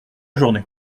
journée